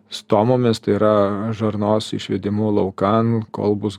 stomomis tai yra žarnos išvedimu laukan kol bus